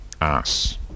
Ass